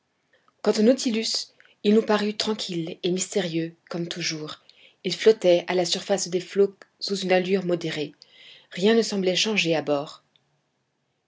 quant au nautilus il nous parut tranquille et mystérieux comme toujours il flottait à la surface des flots sous une allure modérée rien ne semblait changé à bord